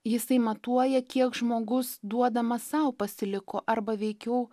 jisai matuoja kiek žmogus duodamas sau pasiliko arba veikiau